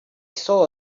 saw